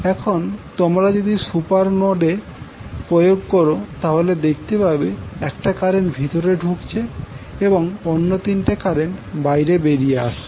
এখন তোমরা যদি সুপার নোট এ প্রয়োগ করো তাহলে দেখতে পাবে একটা কারেন্ট ভিতরে ঢুকেছে এবং অন্য তিনটে কারেন্ট বাইরে বেরিয়ে আসছে